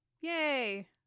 yay